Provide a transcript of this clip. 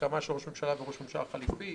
הסכמה של ראש ממשלה וראש ממשלה חליפי.